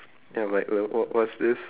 ya like like what what's this